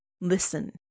listen